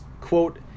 quote